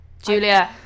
Julia